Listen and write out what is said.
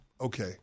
Okay